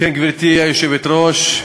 גברתי היושבת-ראש,